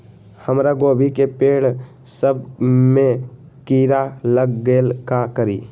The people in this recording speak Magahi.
हमरा गोभी के पेड़ सब में किरा लग गेल का करी?